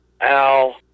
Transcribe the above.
Al